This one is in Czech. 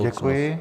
Děkuji.